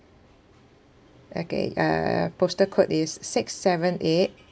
okay uh postal code is six seven eight